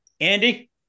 Andy